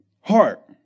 heart